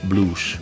Blues